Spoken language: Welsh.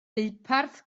deuparth